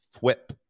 whip